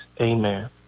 amen